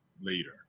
later